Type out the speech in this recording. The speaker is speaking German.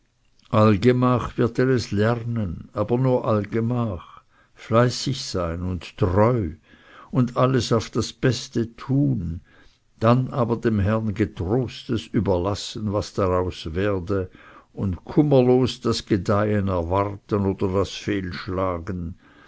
allgemach wird er es lernen aber nur allgemach fleißig sein und treu und alles auf das beste tun dann aber dem herrn getrost es überlassen was daraus werde und kummerlos das gedeihen erwarten oder das